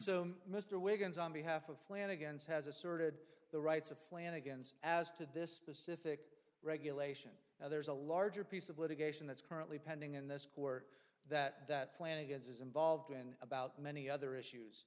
so mr wiggins on behalf of flanagan's has asserted the rights of flanagan's as to this specific regulation now there's a larger piece of litigation that's currently pending in this court that that flanagan's is involved in about many other issues